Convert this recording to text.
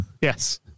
Yes